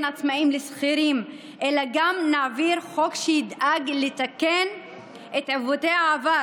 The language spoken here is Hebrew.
עצמאים לשכירים אלא גם נעביר חוק שידאג לתקן את עיוותי העבר